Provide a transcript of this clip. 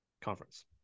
conference